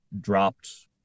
dropped